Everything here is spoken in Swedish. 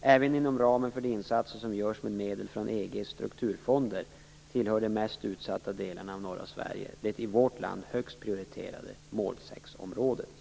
Även inom ramen för de insatser som görs med medel från EG:s strukturfonder tillhör de mest utsatta delarna av norra Sverige det i vårt land högst prioriterade mål 6-området.